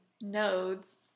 nodes